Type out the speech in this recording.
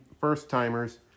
first-timers